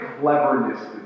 cleverness